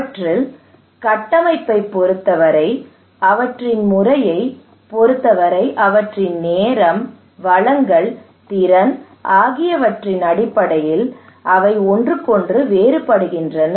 அவற்றின் கட்டமைப்பைப் பொறுத்தவரை அவற்றின் முறையைப் பொறுத்தவரை அவற்றின் நேரம் வளங்கள் திறன் ஆகியவற்றின் அடிப்படையில் அவை ஒன்றுக்கொன்று வேறுபடுகின்றன